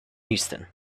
houston